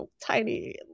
tiny